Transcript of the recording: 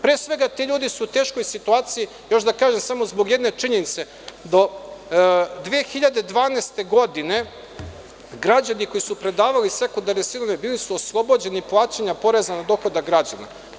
Pre svega, ti ljudi su u teškoj situaciji, još da kažem samo zbog jedne činjenice do 2012. godine, građani koji su predavali sekundarne sirovine bili su oslobođeni plaćanja poreza na dohodak građana.